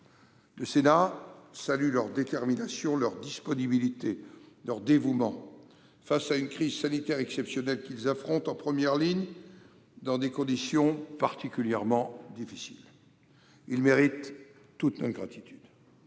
Le Sénat salue leur détermination, leur disponibilité et leur dévouement face à une crise sanitaire exceptionnelle qu'ils affrontent en première ligne, dans des conditions particulièrement difficiles. Ils méritent toute notre gratitude.